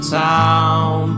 town